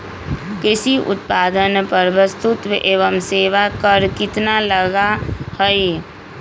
कृषि उत्पादन पर वस्तु एवं सेवा कर कितना लगा हई?